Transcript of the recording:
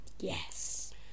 Yes